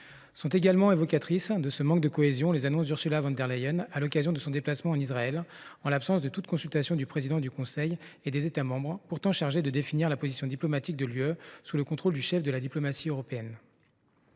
Sont également évocatrices de ce manque de cohésion les annonces d’Ursula von der Leyen à l’occasion de son déplacement en Israël, en l’absence de toute consultation du président du Conseil et des États membres, pourtant chargés de définir la position diplomatique de l’Union européenne sous le contrôle du chef de la diplomatie européenne.